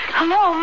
Hello